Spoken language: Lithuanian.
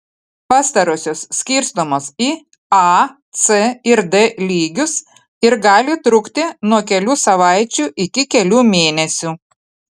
pastarosios skirstomos į a c ir d lygius ir gali trukti nuo kelių savaičių iki kelių mėnesių